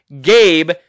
Gabe